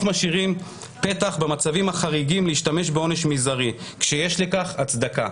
משאירים פתח במצבים חריגים להשתמש בעונש מזערי כשיש לכך הצדקה,